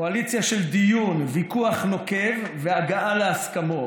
קואליציה של דיון, ויכוח נוקב והגעה להסכמות.